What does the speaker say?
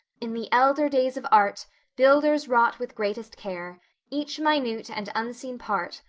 in the elder days of art builders wrought with greatest care each minute and unseen part,